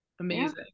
Amazing